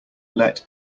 let